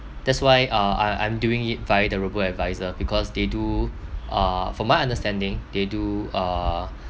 that's why uh I I'm doing it via the robo advisor because they do uh for my understanding they do uh